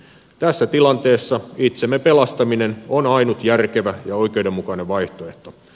tässä tilanteessa itsemme pelastaminen on ainut järkevä ja oikeudenmukainen vaihtoehto